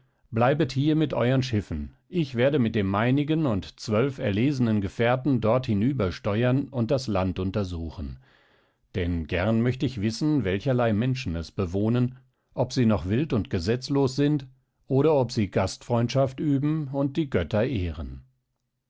bleibet hier mit euren schiffen ich werde mit dem meinigen und zwölf erlesenen gefährten dort hinüber steuern und das land untersuchen denn gern möchte ich wissen welcherlei menschen es bewohnen ob sie noch wild und gesetzlos sind oder ob sie gastfreundschaft üben und die götter ehren